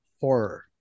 horror